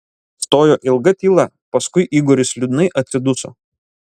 stojo ilga tyla paskui igoris liūdnai atsiduso